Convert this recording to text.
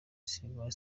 sylvain